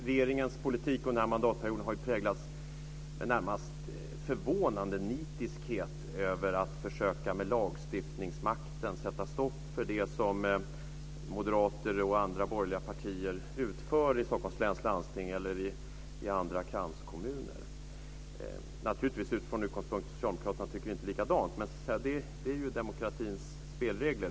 Regeringens politik under mandatperioden har präglats av en närmast förvånande nitiskhet när det gällt att försöka med lagstiftningsmakten sätta stopp för det som Moderaterna och andra borgerliga partier utför i Stockholms läns landsting eller t.ex. i kranskommunerna. Naturligtvis sker det från utgångspunkten att socialdemokraterna inte tycker likadant, men sådana är ju demokratins spelregler.